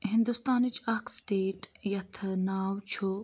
ہِنٛدوستانٕچ اَکھ سٹیٹ یَتھ ناو چھُ